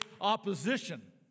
opposition